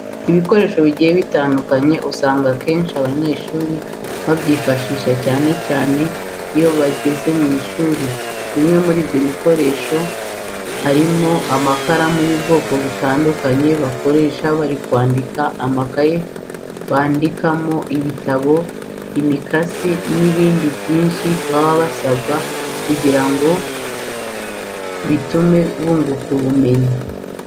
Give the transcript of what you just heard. Ibikoresho bigiye bitandukanye usanga akenshi abanyeshuri babyifashisha cyane cyane iyo bageze ku ishuri. Bimwe muri byo bikoresho harimo amakaramu y'ubwoko butandukanye bakoresha bari kwandika, amakayi bandikamo, ibitabo, imikasi n'ibindi byinshi baba basabwa kugura kugira ngo bitume bunguka ubumenyi.